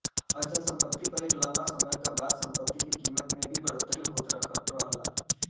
अचल सम्पति पर एक लम्बा समय क बाद सम्पति के कीमत में भी बढ़ोतरी होत रहला